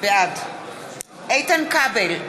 בעד איתן כבל,